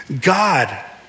God